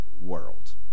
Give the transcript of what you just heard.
world